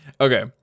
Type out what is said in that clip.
Okay